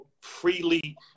freely